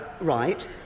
right